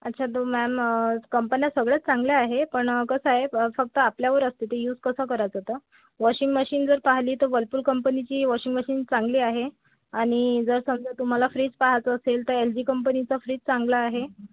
अच्छा तो मॅम कंपन्या सगळ्याच चांगल्या आहे पण कसं आहे फक्त आपल्यावर असते ते यूज कसं करायचं तर वॉशिग मशीन जर पाहिली तर वलपूल कंपनीची वॉशिंग मशीन चांगली आहे आणि जर समजा तुम्हाला फ्रीज पाहायचं असेल तर एल जी कंपनीचा फ्रीज चांगला आहे